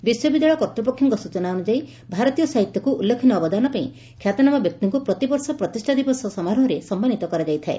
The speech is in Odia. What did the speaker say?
ବିଶ୍ୱବିଦ୍ୟାଳୟ କର୍ତ୍ତୁପକ୍ଷଙ୍କ ସୂଚନାନୁଯାୟୀ ଭାରତୀୟ ସାହିତ୍ୟକୁ ଉଲ୍କେଖନୀୟ ଅବଦାନ ପାଇଁ ଖ୍ୟାତନାମା ବ୍ୟକ୍ତିଙ୍କୁ ପ୍ରତିବର୍ଷ ପ୍ରତିଷା ଦିବସ ସମାରୋହରେ ସମ୍ମାନିତ କରାଯାଇଥାଏ